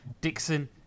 Dixon